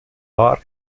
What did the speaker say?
war